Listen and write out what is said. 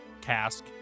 cask